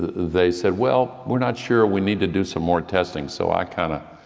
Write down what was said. they said, well, we are not sure we need to do some more testing. so i kind of